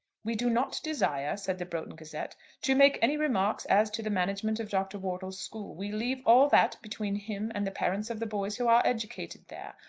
we do not desire, said the broughton gazette to make any remarks as to the management of dr. wortle's school. we leave all that between him and the parents of the boys who are educated there.